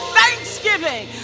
thanksgiving